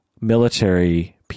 military